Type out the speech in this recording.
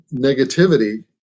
negativity